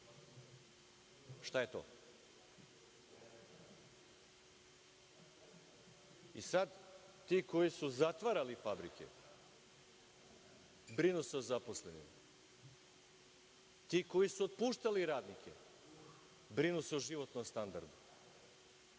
Šta je to? Sada ti koji su zatvarali fabrike brinu o zaposlenima. Ti koji su otpuštali radnike, brinu se o životnom standardu.